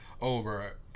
over